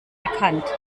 erkannt